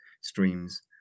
streams